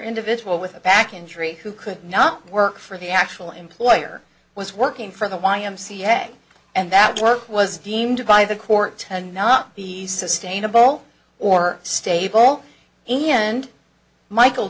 individual with a back injury who could not work for the actual employer was working for the y m c a and that work was deemed by the court to not be sustainable or stable and michael